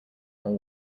all